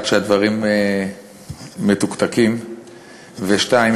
1. שהדברים מתוקתקים, ו-2.